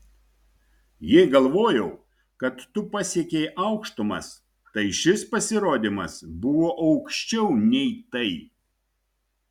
jei galvojau kad tu pasiekei aukštumas tai šis pasirodymas buvo aukščiau nei tai